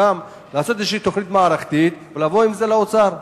לעשות איזו תוכנית מערכתית ולבוא עם זה לאוצר.